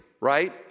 Right